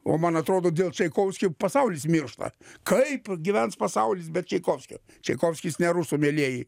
o man atrodo dėl čeikovskio pasaulis miršta kaip gyvens pasaulis be čeikovskio čaikovskis ne rusų mielieji